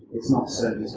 it's not serving its